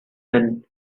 men